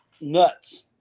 nuts